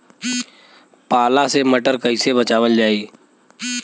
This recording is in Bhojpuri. पाला से मटर कईसे बचावल जाई?